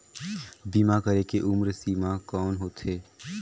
बीमा करे के उम्र सीमा कौन होथे?